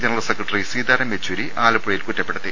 general secretary Sitaram Yechury ആലപ്പുഴയിൽ കുറ്റ പ്പെടുത്തി